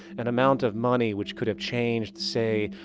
an amount of money which could have changed say,